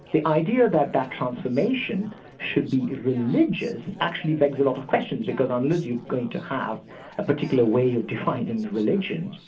the idea that that transformation should be religious actually begs a lot of questions, because unless you're going to have a particular way of defining religion,